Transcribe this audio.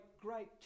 great